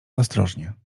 ostrożnie